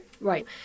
Right